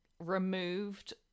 removed